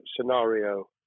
scenario